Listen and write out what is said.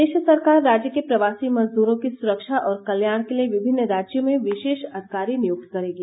प्रदेश सरकार राज्य के प्रवासी मजदूरों की सुरक्षा और कल्याण के लिए विभिन्न राज्यों में विशेष अधिकारी नियुक्त करेगी